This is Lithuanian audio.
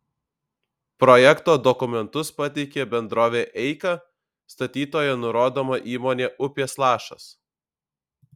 projekto dokumentus pateikė bendrovė eika statytoja nurodoma įmonė upės lašas